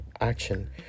action